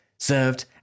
served